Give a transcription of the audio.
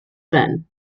fen